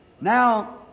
Now